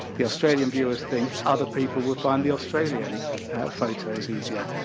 the australian viewers think other people will find the australian photos easier.